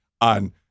on